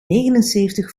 negenenzeventig